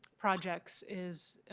projects is